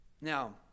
Now